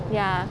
ya